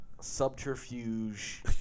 subterfuge